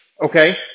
okay